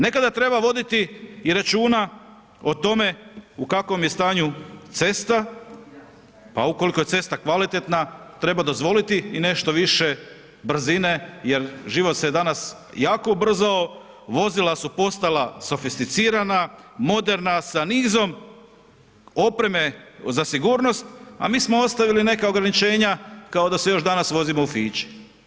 Nekada treba voditi i računa o tome u kakvom je stanju cesta pa ukoliko je cesta kvalitetna treba dozvoliti i nešto više brzine jer život se danas jako ubrzao, vozila su postala sofisticirana, moderna sa nizom opreme za sigurnost a mi smo ostavili neka ograničenja kao da se još danas vozimo u fići.